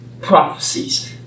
prophecies